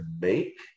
make